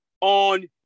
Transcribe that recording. on